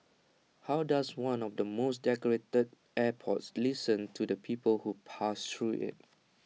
how does one of the most decorated airports listen to the people who pass through IT